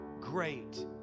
Great